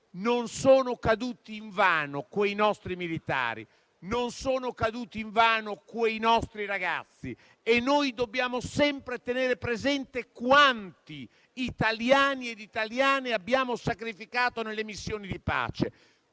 Non sono caduti invano quei nostri militari; non sono caduti invano quei nostri ragazzi. Dobbiamo sempre tenere presente quanti italiani e italiane abbiamo sacrificato nelle missioni di pace,